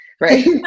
right